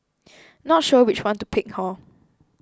not sure which one to pick hor